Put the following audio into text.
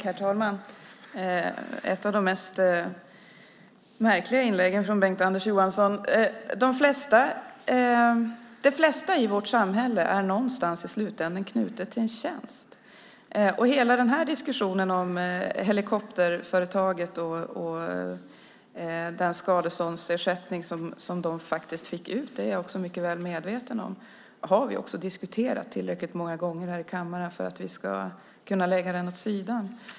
Herr talman! Det var ett av de mest märkliga inläggen från Bengt-Anders Johansson. Det mesta i vårt samhälle är någonstans i slutänden knutet till en tjänst. Hela diskussionen om helikopterföretaget och den skadeståndsersättning som de faktiskt fick ut är jag mycket väl medveten om. Vi har också diskuterat detta tillräckligt många gånger här i kammaren för att vi ska kunna lägga det åt sidan.